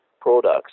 products